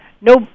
no